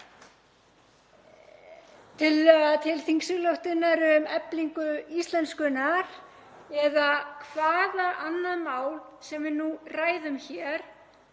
til þingsályktunar um eflingu íslenskunnar eða hvaða annað mál sem við nú ræðum hér,